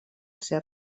ser